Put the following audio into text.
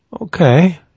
okay